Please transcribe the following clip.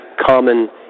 common